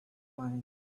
mine